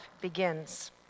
begins